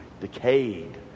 decayed